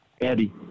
Eddie